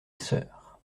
sœur